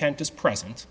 tent is present